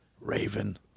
Raven